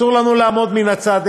אסור לנו לעמוד מן הצד,